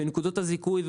ונקודות הזיכוי,